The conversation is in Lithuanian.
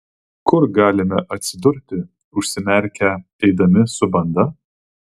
kur galime atsidurti užsimerkę eidami su banda